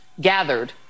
gathered